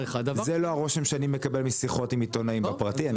זה לא הרושם שאני מקבל משיחות עם עיתונאים בפרטי.